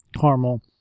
caramel